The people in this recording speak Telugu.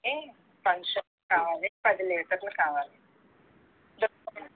అంటే ఫంక్షన్కు కావాలి పది లీటర్లు కావాలి చెప్తాను అండి